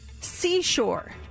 seashore